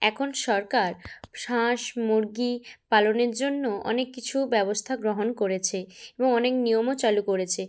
এখন সরকার সাঁস মুরগি পালনের জন্য অনেক কিছু ব্যবস্থা গ্রহণ করেছে এবং অনেক নিয়মও চালু করেছে